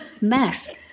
mess